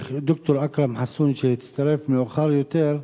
ד"ר אכרם חסון, שהצטרף מאוחר יותר,